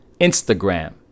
Instagram